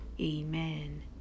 Amen